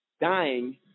dying